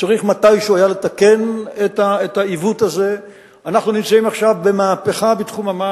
צריך לחלק עכשיו על פחות קובים,